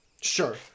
Sure